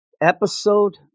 episode